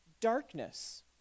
darkness